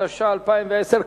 התש"ע 2010,